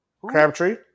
Crabtree